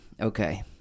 Okay